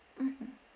mmhmm